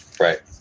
Right